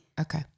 Okay